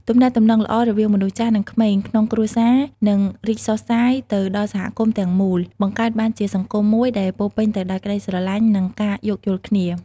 ទំនាក់ទំនងល្អរវាងមនុស្សចាស់និងក្មេងក្នុងគ្រួសារនឹងរីកសុសសាយទៅដល់សហគមន៍ទាំងមូល បង្កើតបានជាសង្គមមួយដែលពោរពេញទៅដោយក្តីស្រឡាញ់ និងការយោគយល់គ្នា។